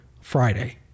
Friday